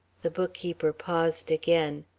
the bookkeeper paused again.